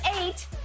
eight